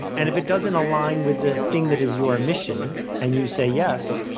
and if it doesn't align with the thing that is your mission and you say yes,